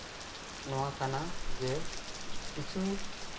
ᱱᱚᱣᱟ ᱠᱟᱱᱟ ᱡᱮ ᱠᱤᱪᱷᱩ